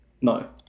No